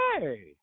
hey